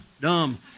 dumb